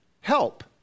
help